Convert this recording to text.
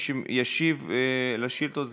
אתה תקריא את השאילתה?